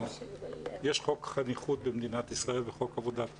יש חוק חניכות במדינת ישראל וחוק עבודת נוער.